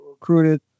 recruited